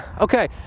Okay